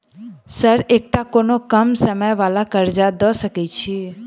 Sir एकटा कोनो कम समय वला कर्जा दऽ सकै छी?